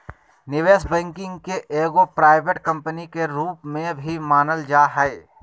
निवेश बैंकिंग के एगो प्राइवेट कम्पनी के रूप में भी मानल जा हय